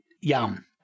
yum